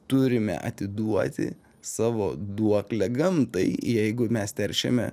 turime atiduoti savo duoklę gamtai jeigu mes teršiame